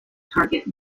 target